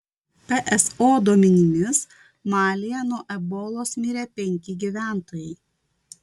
pso duomenimis malyje nuo ebolos mirė penki gyventojai